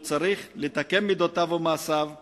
והוא צריך לתקן מידותיו ומעשיו בעולם,